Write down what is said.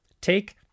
Take